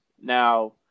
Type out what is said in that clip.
Now